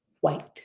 white